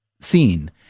seen